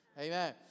Amen